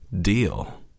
Deal